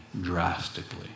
drastically